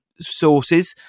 sources